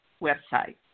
website